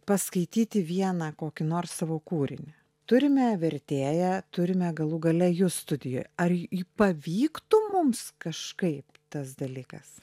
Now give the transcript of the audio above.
paskaityti vieną kokį nors savo kūrinį turime vertėją turime galų gale jus studijoj ar pavyktų mums kažkaip tas dalykas